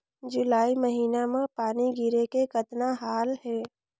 जुलाई महीना म पानी गिरे के कतना हाल हे?